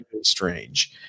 strange